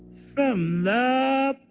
from the